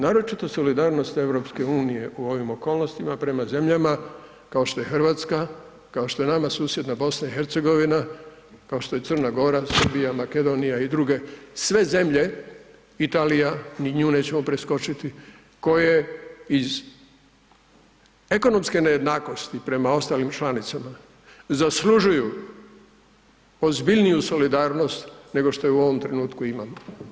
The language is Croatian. Naročito solidarnost Europske unije u ovim okolnostima prema zemljama kao što je Hrvatska, kao što je nama susjedna Bosna i Hercegovina, kao što je Crna Gora, Srbija, Makedonija i druge sve zemlje, Italija niti nju nećemo preskočiti koje iz ekonomske nejednakosti prema ostalim članicama zaslužuju ozbiljniju solidarnost nego što je u ovom trenutku imamo.